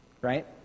right